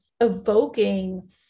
evoking